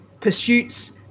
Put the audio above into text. pursuits